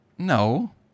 No